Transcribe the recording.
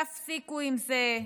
תפסיקו עם זה.